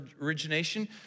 origination